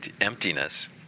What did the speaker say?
emptiness